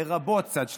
לרבות צד שלישי,